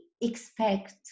expect